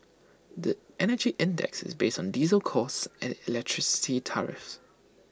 the Energy Index is based on diesel costs and electricity tariffs